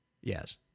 Yes